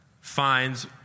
finds